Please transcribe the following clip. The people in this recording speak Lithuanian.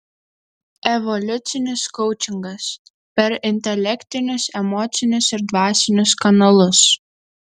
evoliucinis koučingas per intelektinius emocinius ir dvasinius kanalus